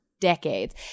decades